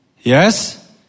Yes